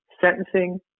sentencing